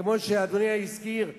כמו שאדוני הזכיר,